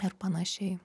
ir panašiai